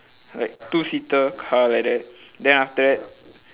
like two seater car like that then after that